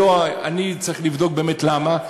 אני צריך לבדוק באמת למה.